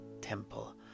temple